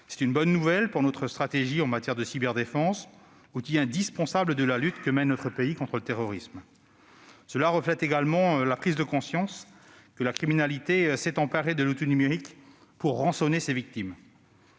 C'est une bonne nouvelle pour notre stratégie en matière de cyberdéfense, outil indispensable de la lutte que mène notre pays contre le terrorisme. Cela reflète également la prise de conscience que la criminalité s'est emparée de l'outil numérique pour rançonner ses victimes.